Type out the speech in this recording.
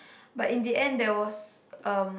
but in the end there was um